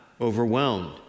overwhelmed